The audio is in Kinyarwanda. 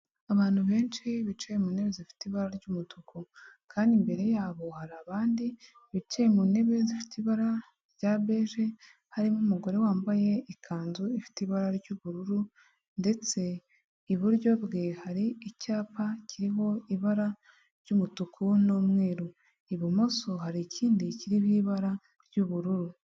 Abantu benshi bicaye mu ntebe zifite ibara ry'umutuku kandi imbere yabo hari abandi bicaye mu ntebe zifite ibara rya beje, harimo umugore wambaye ikanzu ifite ibara ry'ubururu ndetse iburyo bwe hari icyapa kiriho ibara ry'umutuku n'umweru ibumoso hari ikindi kiriho ibara ry'ubururu.